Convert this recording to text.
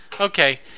Okay